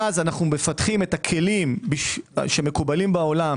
אז אנו מפתחים את הכלים שמקובלים בעולם